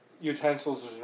Utensils